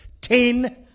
Ten